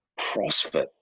CrossFit